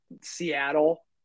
Seattle